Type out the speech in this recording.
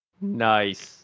Nice